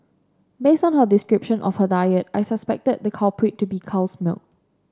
based on her description of her diet I suspected the culprit to be cow's milk